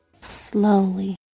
Slowly